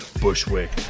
Bushwick